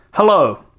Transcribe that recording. Hello